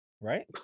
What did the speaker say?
right